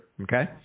okay